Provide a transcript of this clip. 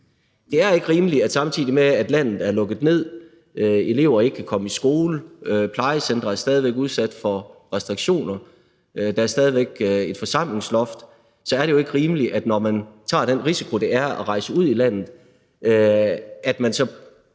en sundhedsfaglig betragtning. Når landet er lukket ned, elever ikke kan komme i skole, plejecentre stadig væk er udsat for restriktioner, og der stadig væk er et forsamlingsloft, er det jo ikke rimeligt, at man, når man løber den risiko, det er at rejse ud af landet, så kan rejse